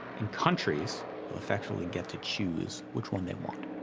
and countries will effectively get to choose which one they want.